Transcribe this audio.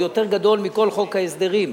הוא יותר גדול מכל חוק ההסדרים,